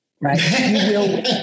right